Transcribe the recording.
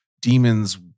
demons